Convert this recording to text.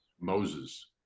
Moses